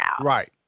Right